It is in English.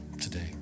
today